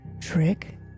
trick